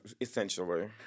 essentially